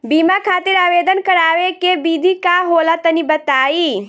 बीमा खातिर आवेदन करावे के विधि का होला तनि बताईं?